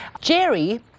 Jerry